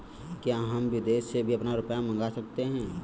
क्या हम विदेश से भी अपना रुपया मंगा सकते हैं?